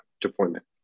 deployment